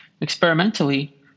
Experimentally